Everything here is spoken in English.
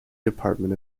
department